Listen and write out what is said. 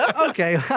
okay